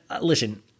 listen